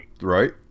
Right